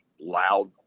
loud